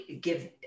give